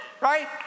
Right